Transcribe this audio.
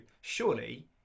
Surely